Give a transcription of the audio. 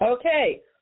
Okay